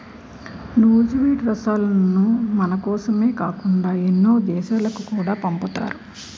నూజివీడు రసాలను మనకోసమే కాకుండా ఎన్నో దేశాలకు కూడా పంపుతారు